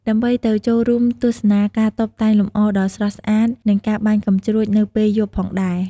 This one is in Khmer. ដើម្បីទៅចូលរួមទស្សនាការតុបតែងលម្អដ៏ស្រស់ស្អាត និងការបាញ់កាំជ្រួចនៅពេលយប់ផងដែរ។